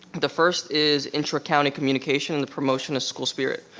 the first is intra-county communication, the promotion of school spirit.